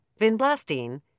vinblastine